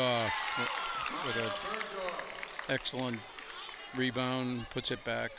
the excellent rebound puts it back